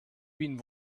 been